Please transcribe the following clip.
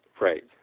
Right